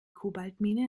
kobaltmine